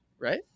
right